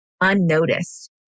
unnoticed